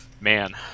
man